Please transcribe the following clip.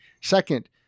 Second